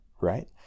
right